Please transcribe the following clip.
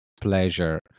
pleasure